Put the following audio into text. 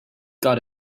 got